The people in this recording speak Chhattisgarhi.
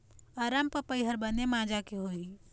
अरमपपई हर बने माजा के होही?